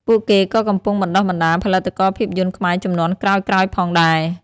ពួកគេក៏កំពុងបណ្តុះបណ្ដាលផលិតករភាពយន្តខ្មែរជំនាន់ក្រោយៗផងដែរ។